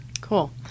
Cool